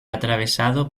atravesado